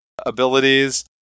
abilities